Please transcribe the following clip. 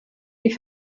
die